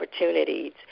opportunities